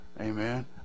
Amen